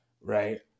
right